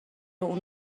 اون